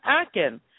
Atkin